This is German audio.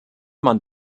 man